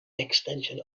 extension